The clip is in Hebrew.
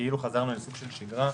כאילו חזרנו לסוג של שגרה.